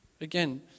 Again